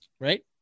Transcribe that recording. Right